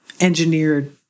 engineered